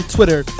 Twitter